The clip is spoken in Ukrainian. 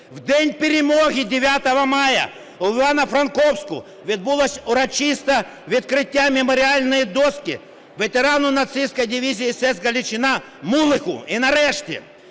В день Перемоги 9 травня в Івано-Франківську відбулося урочисте відкриття меморіальної дошки ветерану нацистської дивізії СС "Галичина" Мулику. І, нарешті,